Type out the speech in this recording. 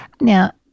Now